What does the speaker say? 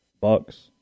Bucks